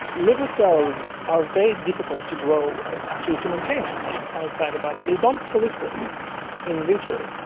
liver cells are very difficult to grow and actually to maintain outside outside the body, they don't proliferate in vitro.